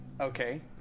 Okay